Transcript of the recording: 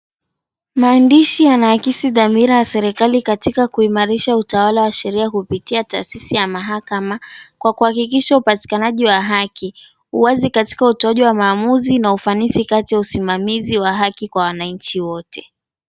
Maandishi yanaakisi dhamira ya serikali katika kuimarisha utawala wa sheria kupitia taasisi ya mahakama kwa kuhakikisha upatikanaji wa haki. Uwazi katika utoaji wa maamuzi na ufanisi kati ya usimamizi wa haki kwa wananchi wote.